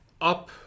up